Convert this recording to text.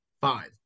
Five